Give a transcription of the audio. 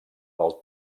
del